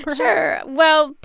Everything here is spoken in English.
perhaps sure. well,